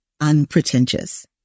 unpretentious